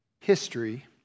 History